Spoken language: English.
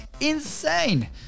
insane